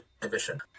division